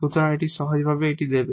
সুতরাং এটি সহজভাবে দেবে